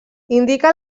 indica